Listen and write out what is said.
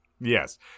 Yes